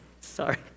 Sorry